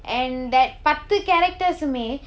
and that பத்து:patthu characters உமே:umae